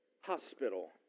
hospital